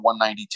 192